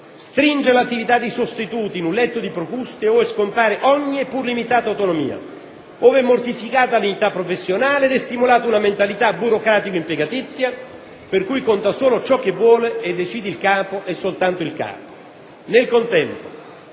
stringere l'attività dei sostituti in un letto di Procuste ove scompare ogni e pur limitata autonomia, ove è mortificata la dignità professionale ed è stimolata una mentalità burocratico-impiegatizia per cui conta solo ciò che vuole e decide il capo e soltanto il capo. Nel contempo,